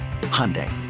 Hyundai